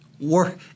work